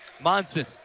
Monson